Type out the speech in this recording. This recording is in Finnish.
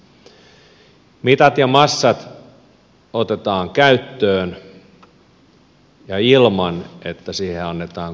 mitat ja massat otetaan käyttöön ja ilman että siihen annetaan kunnon rahaa